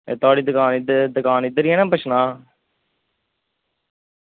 ते थुआढ़ी दुकान इद्धर ई ऐ ना बिशनाह्